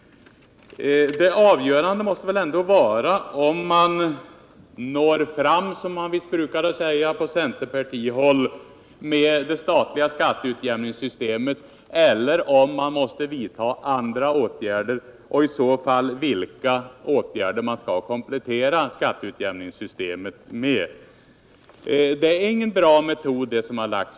Det avgörande måste väl ändå vara om man når fram — som det brukar heta på centerpartihåll — med det statliga skatteutjämningssystemet eller om man måste vidta andra åtgärder, och vilka åtgärder man i så fall skall komplettera skatteutjämningssystemet med. Det förslag som nu har lagts fram innebär inte någon bra metod.